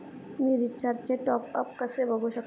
मी रिचार्जचे टॉपअप कसे बघू शकतो?